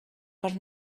per